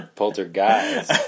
poltergeist